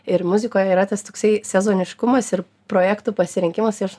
ir muzikoje yra tas toksai sezoniškumas ir projektų pasirinkimas jei aš